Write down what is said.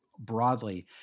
broadly